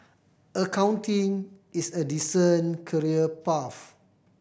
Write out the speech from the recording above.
accounting is a decent career path